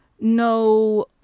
no